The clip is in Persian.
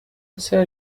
پسر